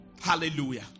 Hallelujah